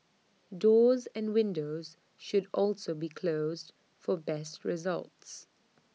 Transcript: doors and windows should also be closed for best results